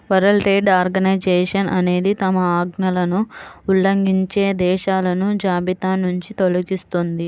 world Trade Organization అనేది తమ ఆజ్ఞలను ఉల్లంఘించే దేశాలను జాబితానుంచి తొలగిస్తుంది